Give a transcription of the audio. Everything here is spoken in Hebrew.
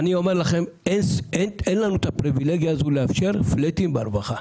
אני אומר לכם שאין לנו את הפריבילגיה הזאת לאפשר פלטים ברווחה.